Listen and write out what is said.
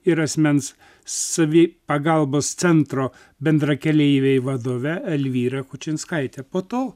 ir asmens savi pagalbos centro bendrakeleiviai vadove elvyra kučinskaite po to